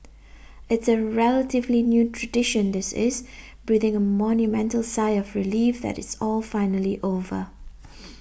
it's a relatively new tradition this is breathing a monumental sigh of relief that it's all finally over